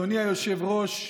אדוני היושב-ראש,